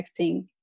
texting